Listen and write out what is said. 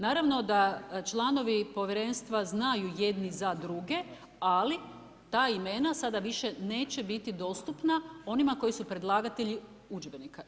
Naravno da članovi povjerenstva znaju jedni za druge, ali, ta imena sada više neće biti dostupna onima koji su predlagatelji udžbenika.